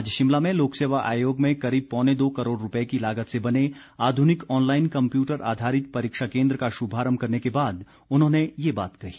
आज शिमला में लोकसेवा आयोग में करीब पौने दो करोड़ रूपए की लागत से बने आधुनिक ऑनलाईन कम्पयूटर आधारित परीक्षा केन्द्र का शुभारम्भ करने के बाद उन्होंने ये बात कही